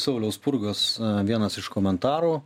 sauliaus spurgos vienas iš komentarų